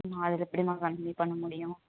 அதில் எப்படிம்மா கம்மி பண்ண முடியும்